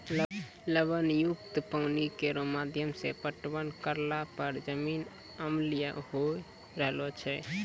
लवण युक्त पानी केरो माध्यम सें पटवन करला पर जमीन अम्लीय होय रहलो छै